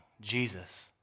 Jesus